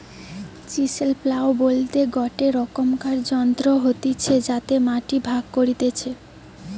chisel plough বলতে গটে রকমকার যন্ত্র হতিছে যাতে মাটি ভাগ করতিছে